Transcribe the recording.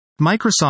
Microsoft